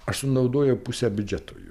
aš sunaudojau pusę biudžeto jų